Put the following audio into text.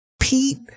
Pete